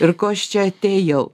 ir ko aš čia atėjau